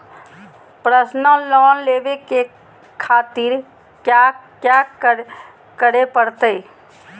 Personal loan लेवे खातिर कया क्या करे पड़तइ?